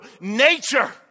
nature